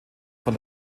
von